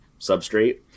substrate